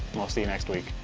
we'll see you next week.